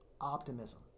optimism